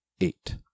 Eight